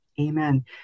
Amen